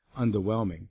underwhelming